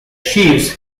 chiefs